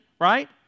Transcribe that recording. right